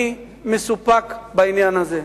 אני מסופק בעניין הזה.